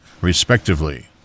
respectively